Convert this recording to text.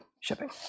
shipping